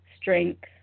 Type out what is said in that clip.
strength